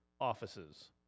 offices